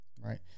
right